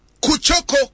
Kuchoko